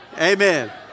Amen